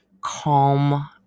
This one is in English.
calm